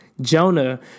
Jonah